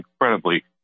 incredibly